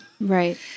Right